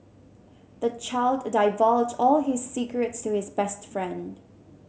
the child divulged all his secrets to his best friend